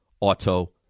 Auto